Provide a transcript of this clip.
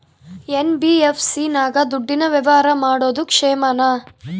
NBFC ನಾಗ ದುಡ್ಡಿನ ವ್ಯವಹಾರ ಮಾಡೋದು ಕ್ಷೇಮಾನ?